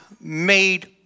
made